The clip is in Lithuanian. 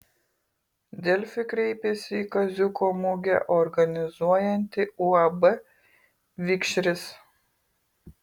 delfi kreipėsi į kaziuko mugę organizuojantį uab vikšris